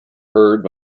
heard